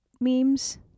memes